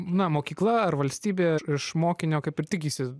na mokykla ar valstybė iš mokinio kaip ir tikisi